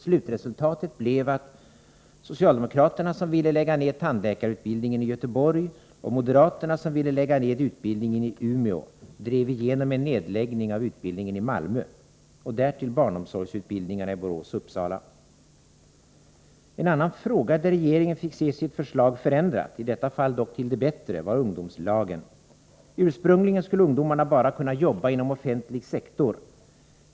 Slutresultatet blev att socialdemokraterna som ville lägga ned tandläkarutbildningen i Göteborg och moderaterna som ville lägga ned utbildningen i Umeå drev igenom en nedläggning av tandläkarutbildningen i Malmö och därtill barnomsorgsutbildningarna i Borås och Uppsala. En annan fråga, där regeringen fick se sitt förslag förändrat — i detta fall dock till det bättre — var ungdomslagen. Ursprungligen skulle ungdomarna bara kunna jobba inom offentlig sektor.